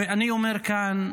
ואני אומר כאן,